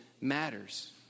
matters